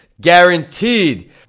Guaranteed